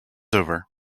over